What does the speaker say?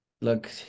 Look